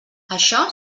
això